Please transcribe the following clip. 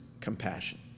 compassion